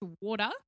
water